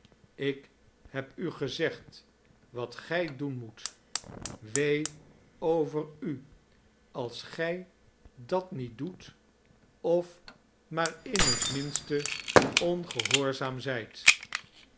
ik heb u gezegd wat gij doen moet wee over u als gij dat niet doet of maar in het minste ongehoorzaam zijt